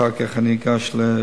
אחר כך אני אגש לבריאות.